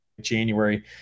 January